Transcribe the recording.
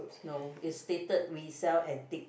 no is stated we sell antique